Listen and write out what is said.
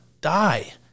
die